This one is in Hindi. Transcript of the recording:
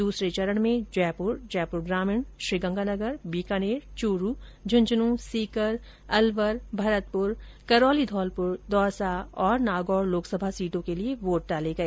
दूसरे चरण में जयपुर जयपुर ग्रामीण श्रीगंगानगर बीकानेर चूरू झुंझुंनू सीकर अलवर भरतपुर करोली धौलपुर दौसा तथा नागौर लोकसभा सीटों के लिए वोट डाले गए